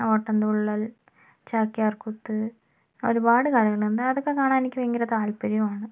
ഓട്ടംതുള്ളൽ ചാക്യർക്കൂത് ഒരുപാട് കലകളുണ്ട് അതൊക്കെ കാണാൻ എനിക്ക് ഭയങ്കര താല്പര്യവുമാണ്